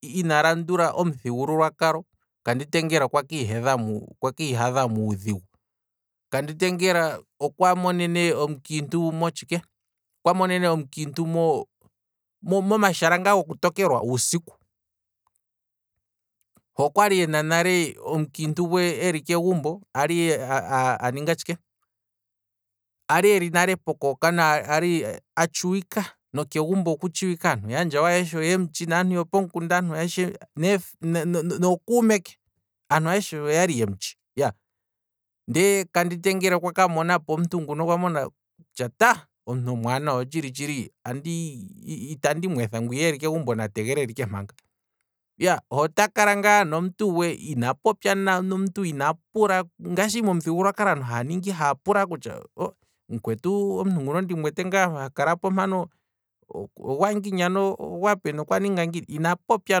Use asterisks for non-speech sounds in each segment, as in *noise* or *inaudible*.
Ina landula omuthigululwa kalo, kanditengela okwe kiihadha muudhigu, kanditengela okwa monene omukiintu motshike, okwa monene omukiintu moma shala ngaa goku tokelwa uusiku, he okwali ena nale omukiintu gwe eli kegumbo, ali *hesitation* aninga tshike, ali eli nale poku hokala ali atshu wika, nokegumbo okutshi wike, aantu yaandjawo ayeshe oyemutshi, naantu yopomukunda nookuume ke, aantu ayeshe oyali yemutshi, iyaa, ndee kandi tengela okwa kamonapo omuntu nguno okwa mona kutya taa, omuntu omwaanawa otshili tshili, itandi mweetha, ngwiya eli kegumbo na tegelele ike manga, iyaa, he ota kala ngaa nomuntu gwe, ina popya, he kegumbo ina pula, ngaashi momuthigululwa kalo aantu haya pula, kutya omuntu nguno ndi wete ngaa hakala mpano ogwa ngiini ano, ogwaa peni. okwa ninga ngiini, ina popya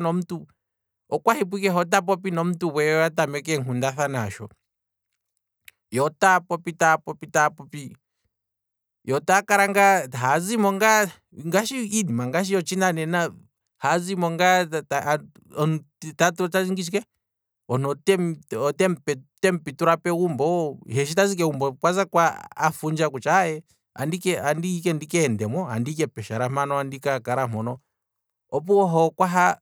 nomuntu, okwa hipo ike he ota popi nomuntu gwe yo oya tameka eenkunda thana osho yoo taa popi ta popi, yo otaakala haya zimo ngaa iinima ngaashi yotshinanena, haya zimo ngaa *hesitation* omuntu otemu pitula pegumbo, he shi tazi kegumbo okazako afundja kutya andihi ndikeendemo, andihi ike pokashala mpano, opuwo he okwaha